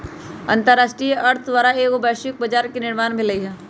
अंतरराष्ट्रीय अर्थ द्वारा एगो वैश्विक बजार के निर्माण भेलइ ह